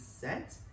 set